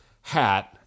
hat